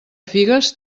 figues